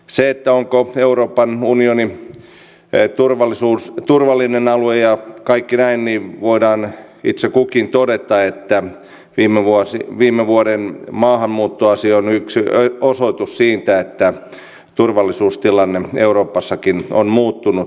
se onko euroopan unioni turvallinen alue ja näin niin voimme itse kukin todeta että viime vuoden maahanmuuttoasia on yksi osoitus siitä että turvallisuustilanne euroopassakin on muuttunut